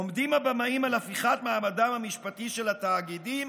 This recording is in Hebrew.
עומדים הבמאים על הפיכת מעמדם המשפטי של התאגידים